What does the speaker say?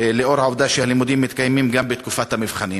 לאור העובדה שהלימודים מתקיימים גם בתקופת המבחנים.